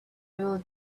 will